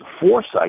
foresight